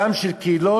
גם של קהילות,